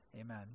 Amen